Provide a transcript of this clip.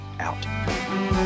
out